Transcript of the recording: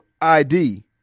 ID